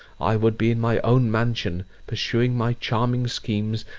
i would be in my own mansion, pursuing my charming schemes,